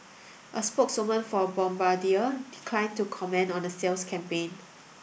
a spokeswoman for Bombardier declined to comment on a sales campaign